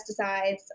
pesticides